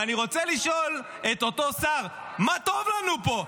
אני רוצה לשאול את אותו שר: מה טוב לנו פה?